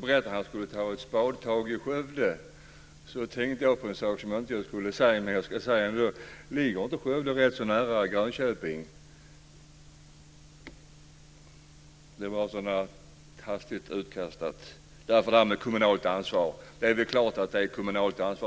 berättade att han skulle ta ett spadtag i Skövde - tänker jag på en sak som jag egentligen inte skulle säga, men som jag ska säga ändå. Ligger inte Skövde rätt nära Grönköping? Det var en sådan där hastigt framkastad sak. Det är klart att det är ett kommunalt ansvar.